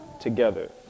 together